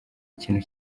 ikintu